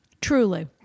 truly